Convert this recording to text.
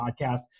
podcast